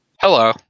Hello